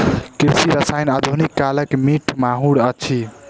कृषि रसायन आधुनिक कालक मीठ माहुर अछि